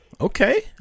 Okay